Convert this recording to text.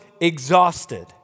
exhausted